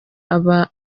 aba